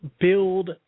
build